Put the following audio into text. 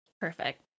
Perfect